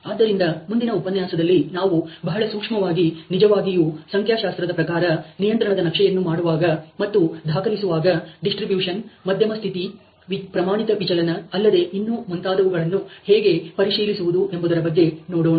ಆದ್ದರಿಂದ ಮುಂದಿನ ಉಪನ್ಯಾಸದಲ್ಲಿ ನಾವು ಬಹಳ ಸೂಕ್ಷ್ಮವಾಗಿ ನಿಜವಾಗಿಯೂ ಸಂಖ್ಯಾಶಾಸ್ತ್ರದ ಪ್ರಕಾರ ನಿಯಂತ್ರಣ ನಕ್ಷೆಯನ್ನು ಮಾಡುವಾಗ ಮತ್ತು ದಾಖಲಿಸುವಾಗ ಡಿಸ್ಟ್ರಬ್ಯೂಶನ ಮಧ್ಯಮ ಸ್ಥಿತಿ ಪ್ರಮಾಣಿತ ವಿಚಲನ ಅಲ್ಲದೆ ಇನ್ನು ಮುಂತಾದವುಗಳನ್ನು ಹೇಗೆ ಪರಿಶೀಲಿಸುವುದು ಎಂಬುದರ ಬಗ್ಗೆ ನೋಡೋಣ